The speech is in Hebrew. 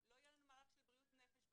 לא יהיה לנו מערך של בריאות נפש בתמיכה,